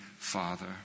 Father